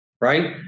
right